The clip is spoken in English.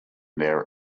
their